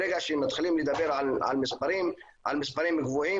ברגע שמתחילים לדבר על מספרים גבוהים